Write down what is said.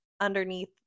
underneath